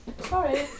Sorry